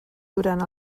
durant